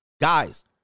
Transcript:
guys